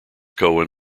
cohen